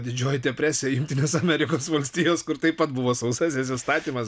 didžioji depresija jungtinės amerikos valstijos kur taip pat buvo sausasis įstatymas